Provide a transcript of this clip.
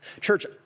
Church